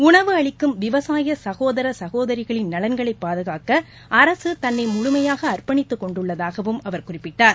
உணவு அளிக்கும் விவசாய சகோதர சகோதரிகளின் நலன்களை பாதுகாக்க அரசு தன்னை முழுமையாக அர்பணித்துக் கொண்டுள்ளதாகவும் அவர் குறிப்பிட்டார்